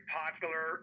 popular